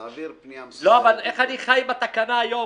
תעביר פנייה מסודרת --- אבל איך אני חי עם התקנה היום?